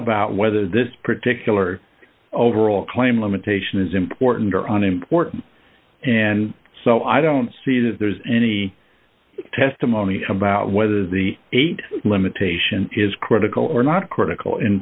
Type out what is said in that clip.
about whether this particular overall claim limitation is important or on important and so i don't see that there's any testimony about whether the eight limitation is critical or not critical in